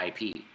IP